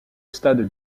stade